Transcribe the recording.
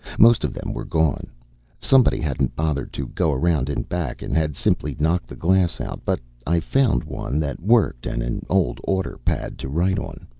most of them were gone somebody hadn't bothered to go around in back and had simply knocked the glass out but i found one that worked and an old order pad to write on.